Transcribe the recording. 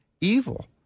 evil